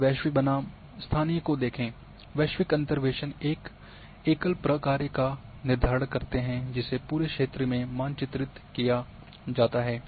आइए वैश्विक बनाम स्थानीय को देखें वैश्विक अंतर्वेशक एक एकल प्रकार का निर्धारण करते हैं जिसे पूरे क्षेत्र में मान चित्रित किया जाता है